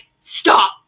stop